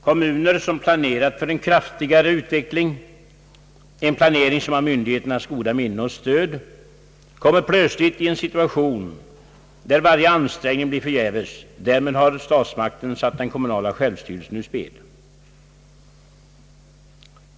Kommuner som planerat för en kraftigare utveckling, en planering som har myndigheternas goda minne och stöd, råkar plötsligt i en situation där varje ansträngning blir förgäves. Därmed har statsmakten satt den kommunala självstyrelsen ur spel.